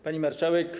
Pani Marszałek!